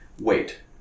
wait